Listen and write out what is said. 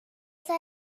دسر